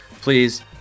Please